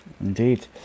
indeed